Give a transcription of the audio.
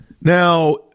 Now